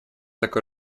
такой